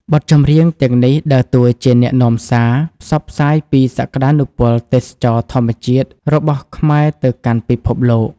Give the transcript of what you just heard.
បទចម្រៀងទាំងនេះដើរតួជាអ្នកនាំសារ ផ្សព្វផ្សាយពីសក្ដានុពលទេសចរណ៍ធម្មជាតិរបស់ខ្មែរទៅកាន់ពិភពលោក។